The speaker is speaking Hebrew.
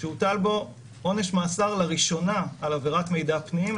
שהוטל בו עונש מאסר לראשונה על עבירת מידע פנים,